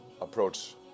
approach